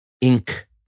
ink